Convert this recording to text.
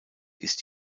ist